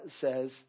says